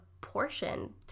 portion